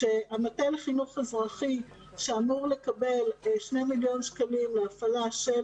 המטה לחינוך אזרחי שאמור לקבל 2 מיליון שקלים להפעלה של